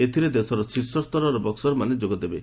ଏଥିରେ ଦେଶର ଶୀର୍ଷସ୍ତରର ବକୁରମାନେ ଯୋଗଦେବେ